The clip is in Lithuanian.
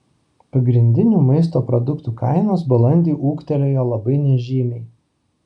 pagrindinių maisto produktų kainos balandį ūgtelėjo labai nežymiai